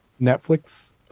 Netflix